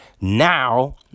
Now